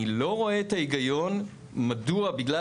אני לא רואה את ההיגיון מדוע בגלל